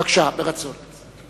בבקשה, ברצון.